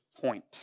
point